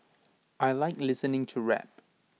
I Like listening to rap